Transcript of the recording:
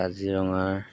কাজিৰঙাৰ